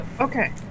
Okay